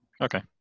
Okay